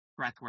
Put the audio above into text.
breathwork